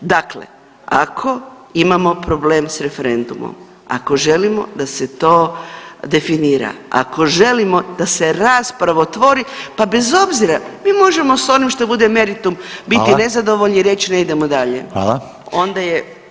Dakle, ako imao problem s referendumom, ako želimo da se to definira, ako želimo da se rasprava otvori pa bez obzira mi možemo s onim što bude meritum biti [[Upadica: Hvala.]] nezadovoljni i reći ne idemo dalje [[Upadica: Hvala.]] Onda je